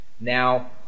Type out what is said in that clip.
Now